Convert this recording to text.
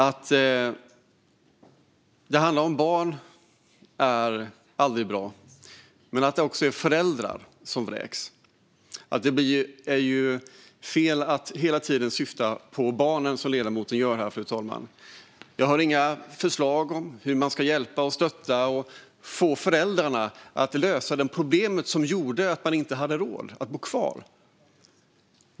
Att det handlar om barn är aldrig bra. Men det är också föräldrar som vräks. Det är fel att hela tiden syfta på barnen, som ledamoten gör här. Jag har inga förslag om hur man ska hjälpa, stötta och få föräldrarna att lösa det problem som gjorde att de inte hade råd att bo kvar.